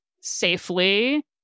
safely